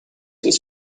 was